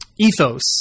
ethos